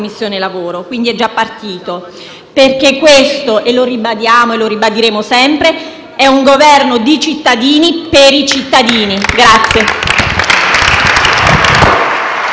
Commissione lavoro (è già partito). Perché questo - lo ribadiamo e lo ribadiremo sempre - è un Governo di cittadini per i cittadini.